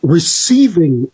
Receiving